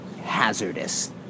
hazardous